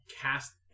cast